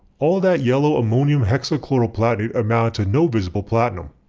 all that yellow ammonium hexachloroplatinate amounted to no visible platinum.